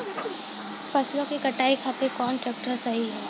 फसलों के कटाई खातिर कौन ट्रैक्टर सही ह?